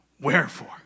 Wherefore